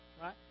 right